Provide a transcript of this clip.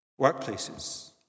Workplaces